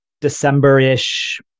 December-ish